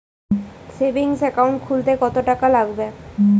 Savings account খুলতে কতটাকা লাগবে?